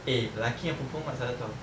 eh lelaki dengan perempuan masalah [tau]